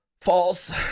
false